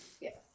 Yes